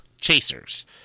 chasers